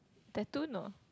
tattoo no